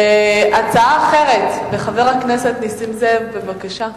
הצעה אחרת לחבר הכנסת נסים זאב, בבקשה.